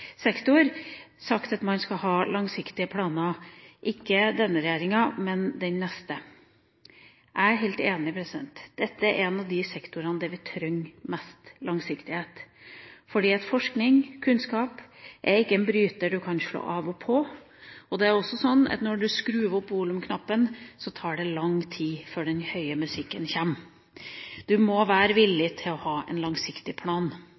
sektor, skal man ha langsiktige planer – ikke denne regjeringa, men den neste. Jeg er helt enig. Dette er én av de sektorene hvor vi trenger mest langsiktighet. Forskning og kunnskap er ikke en bryter du kan slå av og på. Når du skrur opp med volumknappen, tar det lang tid før den høye musikken kommer. Du må være villig til å ha en langsiktig plan.